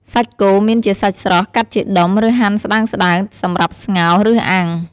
សាច់គោ មានជាសាច់ស្រស់ កាត់ជាដុំ ឬហាន់ស្តើងៗសម្រាប់ស្ងោរ ឬអាំង។